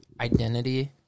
identity